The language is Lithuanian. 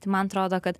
tai man atrodo kad